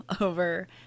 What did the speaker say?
over